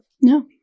No